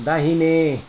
दाहिने